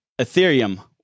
Ethereum